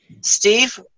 Steve